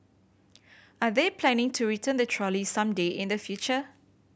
are they planning to return the trolley some day in the future